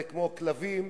זה כמו כלבים,